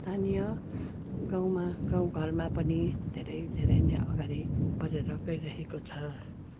स्थानीय गाउँमा गाउँ घरमा पनि धेरै धेरै नै अगाडि बढेर गइरहेको छ